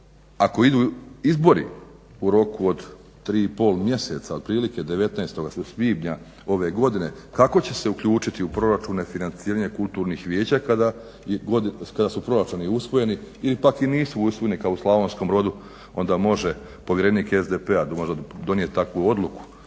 ako idu izbori u roku od 3,5 mjeseca, otprilike 19. svibnja ove godine, kako će se uključiti u proračune financiranja kulturnih vijeća kada su proračuni usvojeni ili pak i nisu usvojeni kao u Slavonskom Brodu, onda može povjerenik SDP-a donijet takvu odluku,